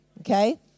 Okay